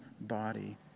body